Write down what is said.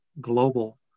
global